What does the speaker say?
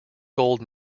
gold